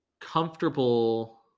comfortable